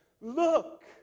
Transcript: Look